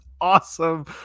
awesome